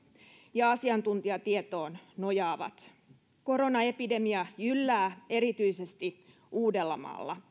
ja asiantuntijatietoon nojaavat koronaepidemia jyllää erityisesti uudellamaalla